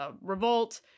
revolt